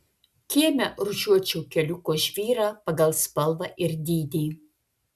kieme rūšiuočiau keliuko žvyrą pagal spalvą ir dydį